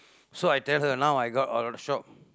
so I tell her now I got all the shop